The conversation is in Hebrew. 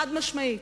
חד-משמעית.